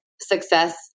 success